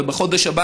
ובחודש הבא,